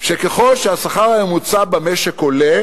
שככל שהשכר הממוצע במשק עולה